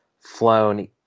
flown